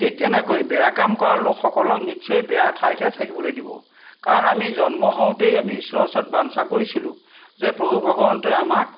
ঠিক তেনেকৈ বেয়া কাম কৰা লোকসকলক নিশ্চয় বেয়া ঠাইতহে থাকিবলৈ দিব কাৰণ আমি জন্ম হওঁতেই আমি ঈশ্বৰৰ ওচৰত বাঞ্ছা কৰিছিলোঁ যে প্ৰভু ভগৱন্তই আমাক